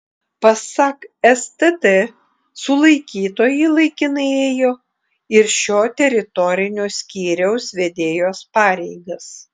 pasak stt sulaikytoji laikinai ėjo ir šio teritorinio skyriaus vedėjos pareigas